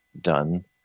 done